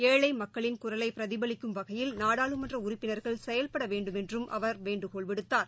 ஏழை மக்களின் குரலை பிரதிபலிக்கும் வகையில் நாடாளுமன்ற உறுப்பினர்கள் செயல்பட வேண்டுமென்றும் அவர் வேண்டுகோள் விடுத்தார்